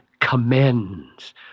commends